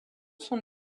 son